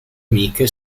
amiche